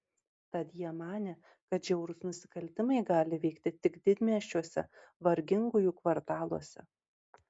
tad jie manė kad žiaurūs nusikaltimai gali vykti tik didmiesčiuose vargingųjų kvartaluose